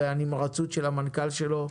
ומן המרץ של המנכ"ל שלו,